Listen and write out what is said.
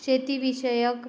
शेतीविषयक